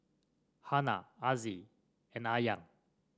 Hana Aziz and Aryan